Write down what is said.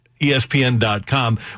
ESPN.com